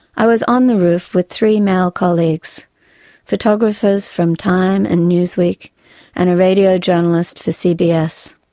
i was on the roof with three male colleagues photographers from time and newsweek and a radio journalist for cbs.